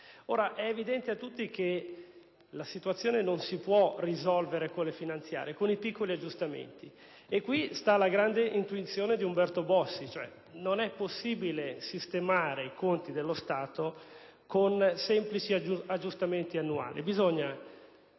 fila. È evidente a tutti che la situazione non si può risolvere con le finanziarie e con i piccoli aggiustamenti. Questa è la grande intuizione di Umberto Bossi: non è possibile sistemare i conti dello Stato con semplici aggiustamenti annuali.